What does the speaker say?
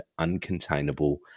uncontainable